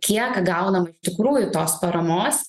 kiek gaunam iš tikrųjų tos paramos